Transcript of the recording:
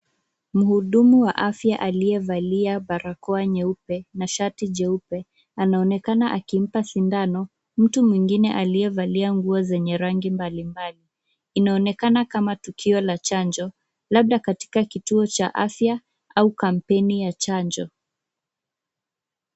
Mhudumu wa afya aliyevalia barakoa nyeupe na shati jeupe, anaonekana akimpa sindano mtu mwingine aliyevalia nguo zenye rangi mbali mbali. Inaonekana kama tukio la chanjo, labda katika kituo cha afya au kampeni ya chanjo.